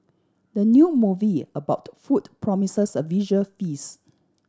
the new movie about food promises a visual feast